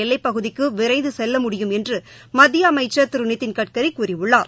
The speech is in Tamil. எல்லைப்பகுதிக்குவிரைந்துகெல்ல முடியும் என்றுமத்தியஅமைச்சர் திருநிதின் கட்கரிகூறியுள்ளார்